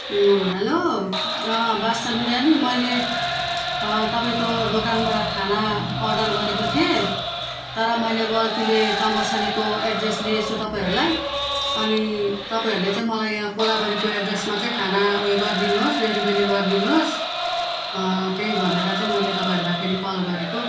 hello Badshah Biryani मैले तपाईँको दोकानबाट खाना अर्डर गरेको थिएँ तर मैले गल्तीले चम्पासरीको एड्रेस दिएछु तपाईँहरूलाई अनि तपाईँहरूले चाहिँ मलाई यहाँ कोलाबारीको एड्रेसमा चाहिँ खाना उयो गरिदिनुहोस् डेलिभेरी गरिदिनुहोस् त्यही भनेर चाहिँ मैले तपाईँहरूलाई फेरि कल गरेको